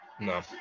No